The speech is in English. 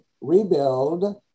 rebuild